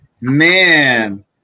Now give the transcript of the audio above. Man